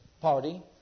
party